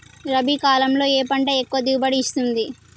రబీ కాలంలో ఏ పంట ఎక్కువ దిగుబడి ఇస్తుంది?